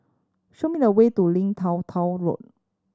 show me the way to Lim Tua Tow Road